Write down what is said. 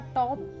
top